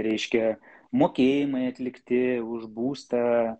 reiškia mokėjimai atlikti už būstą